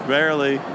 Barely